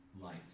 light